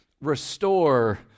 restore